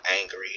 angry